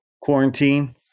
quarantine